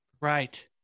Right